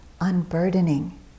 unburdening